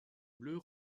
bleus